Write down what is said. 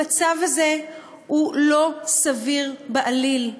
המצב הזה הוא לא סביר בעליל.